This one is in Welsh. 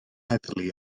heddlu